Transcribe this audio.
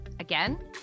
Again